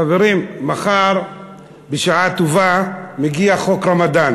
חברים, מחר בשעה טובה מגיע חוק רמדאן.